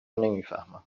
نمیفهمم